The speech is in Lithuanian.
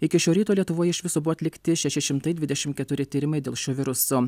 iki šio ryto lietuvoj iš viso buvo atlikti šeši šimtai dvidešim keturi tyrimai dėl šio viruso